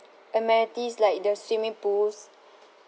amenities like the swimming pools